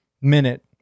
minute